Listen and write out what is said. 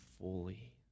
fully